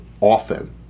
often